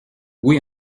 oui